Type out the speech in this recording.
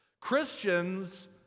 Christians